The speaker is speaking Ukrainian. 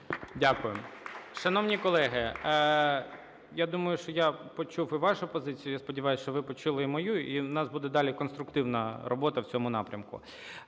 Дякую. Шановні колеги, я думаю, що я почув і вашу позицію, я сподіваюся, що ви почули і мою, і у нас буде далі конструктивна робота в цьому напрямку.